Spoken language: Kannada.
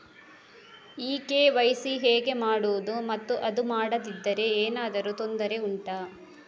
ಈ ಕೆ.ವೈ.ಸಿ ಹೇಗೆ ಮಾಡುವುದು ಮತ್ತು ಅದು ಮಾಡದಿದ್ದರೆ ಏನಾದರೂ ತೊಂದರೆ ಉಂಟಾ